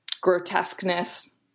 grotesqueness